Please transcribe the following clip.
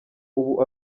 ubu